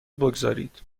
بگذارید